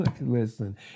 listen